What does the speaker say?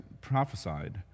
prophesied